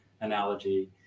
analogy